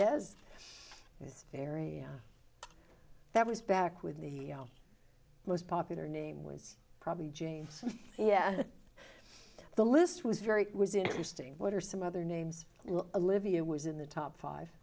yes is very that was back with the most popular name was probably james yeah the list was very it was interesting what are some other names livia was in the top five